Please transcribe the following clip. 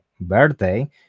birthday